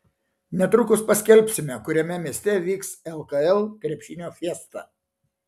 netrukus paskelbsime kuriame mieste vyks lkl krepšinio fiesta